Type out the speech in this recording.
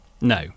No